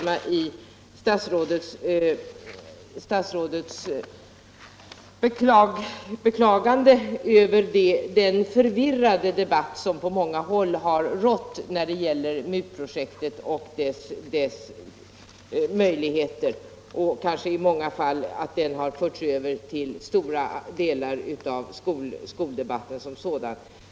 Jag vill också instämma i statsrådets beklagande av den förvirrade debatt som på många håll har förts när det gäller MUT-projektet och dess möjligheter. Detta har kanske i stor utsträckning förts över till be tydande delar av skoldebatten som sådan.